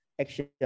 action